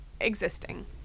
existing